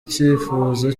icyifuzo